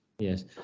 Yes